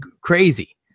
crazy